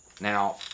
Now